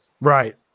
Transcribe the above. Right